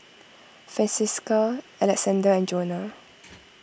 Francisca Alexzander and Jonna